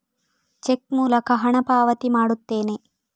check ಮೂಲಕ ಹಣ ಪಾವತಿ ಮಾಡುತ್ತೇನೆ